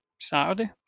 Saturday